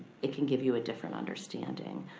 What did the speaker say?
it can give you a different understanding.